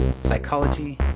psychology